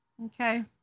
Okay